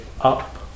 up